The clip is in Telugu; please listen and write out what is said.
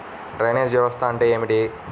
డ్రైనేజ్ వ్యవస్థ అంటే ఏమిటి?